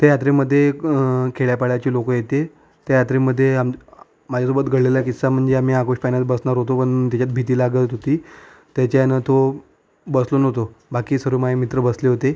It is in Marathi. त्या यात्रेमध्ये एक खेडयापाड्याचे लोक येते त्या यात्रेमध्ये आम माझ्यासोबत घडलेला किस्सा म्हणजे आम्ही आगोश पॅनल बसणार होतो पण त्याच्यात भीती लागत होती त्याच्यानं तो बसलो नव्हतो बाकी सर्व माझे मित्र बसले होते